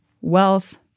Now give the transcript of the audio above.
wealth